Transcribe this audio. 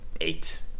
Eight